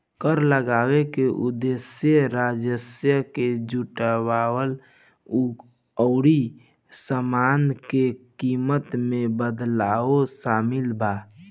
कर लगावे के उदेश्य राजस्व के जुटावल अउरी सामान के कीमत में बदलाव शामिल बा